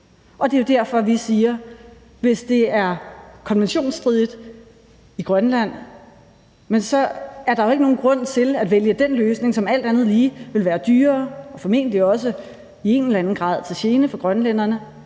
Og det er jo derfor, vi siger, at hvis det er konventionsstridigt i Grønland, så er der jo ikke nogen grund til at vælge den løsning, som alt andet lige vil være dyrere og formentlig også i en eller anden grad være til gene for grønlænderne.